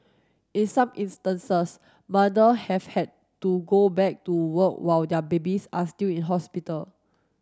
in some instances mother have had to go back to work while their babies are still in hospital